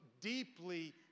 deeply